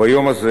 וביום הזה